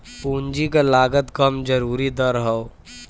पूंजी क लागत कम जरूरी दर हौ